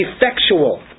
Effectual